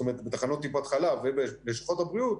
בתחנות טיפת חלב ובלשכות הבריאות,